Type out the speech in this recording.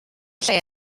lle